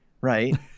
right